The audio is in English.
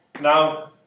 Now